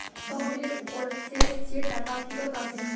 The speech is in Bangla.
তহবিলের উপর শেষ যে টাকা ফিরত আসে